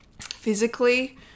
physically